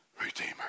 redeemer